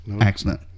accident